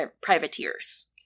privateers